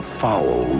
foul